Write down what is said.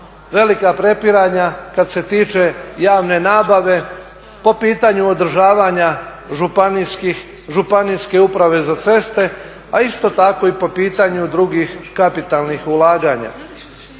velika prepiranja kad se tiče javne nabave po pitanju održavanja županijske uprave za ceste, a isto tako i po pitanju drugih kapitalnih ulaganja.